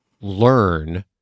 learn